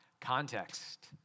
context